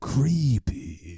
Creepy